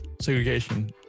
segregation